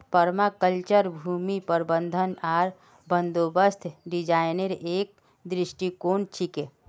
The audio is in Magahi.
पर्माकल्चर भूमि प्रबंधन आर बंदोबस्त डिजाइनेर एक दृष्टिकोण छिके